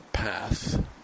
Path